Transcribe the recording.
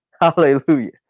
hallelujah